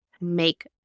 make